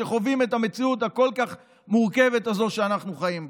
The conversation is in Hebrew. שחווים את המציאות הכל-כך מורכבת הזו שאנחנו חיים בה.